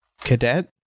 Cadet